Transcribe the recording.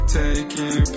taking